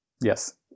Yes